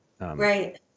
Right